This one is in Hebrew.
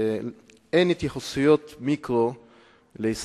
ואין התייחסויות מיקרו להישגים.